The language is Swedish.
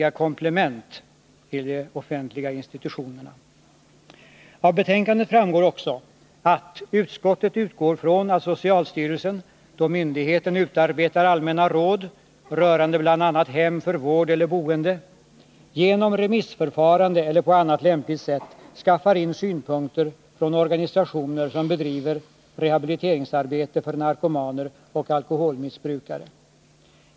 Av betänkandet framgår också att utskottet ”utgår från att socialstyrelsen, då myndigheten utarbetar allmänna råd rörande bl.a. hem för vård eller boende, genom remissförfarande eller på annat lämpligt sätt skaffar in synpunkter från organisationer som bedriver rehabiliteringsarbete för narkomaner och alkoholmissbrukare”.